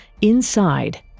Inside